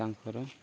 ତାଙ୍କର